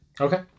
Okay